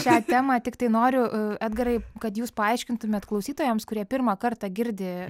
šią temą tiktai noriu edgarai kad jūs paaiškintumėt klausytojams kurie pirmą kartą girdi